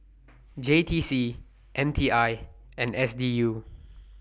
J T C M T I and S D U